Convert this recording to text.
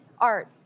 art